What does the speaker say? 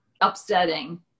upsetting